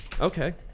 okay